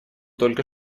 только